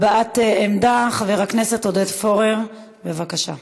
הבעת עמדה, חבר הכנסת עודד פורר, בבקשה,